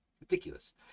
ridiculous